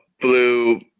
blue